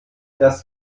das